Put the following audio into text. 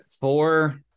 Four